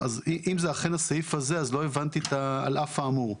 אז אם זה אכן הסעיף הזה אז לא הבנתי את ה-"על אף האמור".